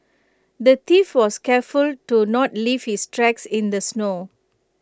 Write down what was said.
the thief was careful to not leave his tracks in the snow